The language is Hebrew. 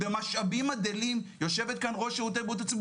במשאבים הדלים יושבת פה ראש שירותי בריאות הציבור